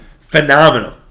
phenomenal